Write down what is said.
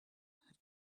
had